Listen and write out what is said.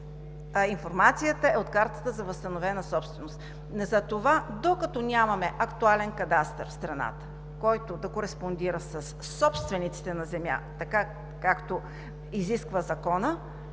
информацията е от картата за възстановена собственост. Затова, докато нямаме актуален кадастър в страната, който да кореспондира със собствениците на земя, така както изисква Законът,